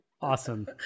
Awesome